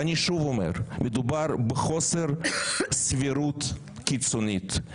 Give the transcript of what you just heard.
אני שוב אומר שמדובר בחוסר סבירות קיצונית.